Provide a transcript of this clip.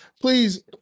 Please